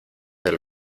del